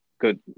good